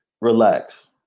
relax